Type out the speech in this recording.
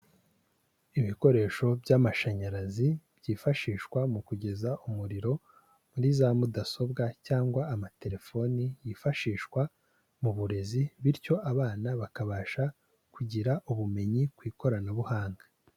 Ibikoresho by'amashanyarazi, byifashishwa mu kugeza umuriro muri za mudasobwa cyangwa amatelefoni yifashishwa mu burezi bityo abana bakabasha kugira ubumenyi ku ikoranabuhanga.